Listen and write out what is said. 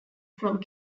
from